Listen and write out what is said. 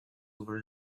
over